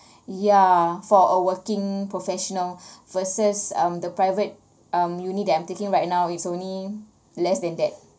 yeah for a working professional versus um the private um uni that I'm taking right now is only less than that